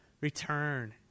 Return